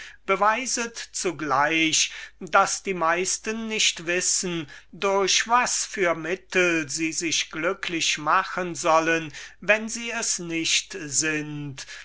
beweiset zugleich daß die meisten nicht wissen durch was für mittel sie sich glücklich machen sollen wenn sie es nicht sind